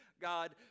God